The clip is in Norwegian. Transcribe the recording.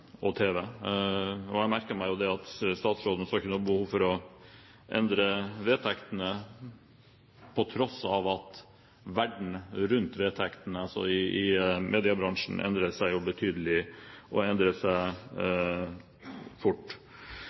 tv. Jeg merker meg at statsråden ikke så noe behov for å endre vedtektene, på tross av at verden rundt mediebransjen endrer seg betydelig, og endrer seg fort.